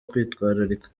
kwitwararika